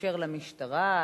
להתקשר למשטרה?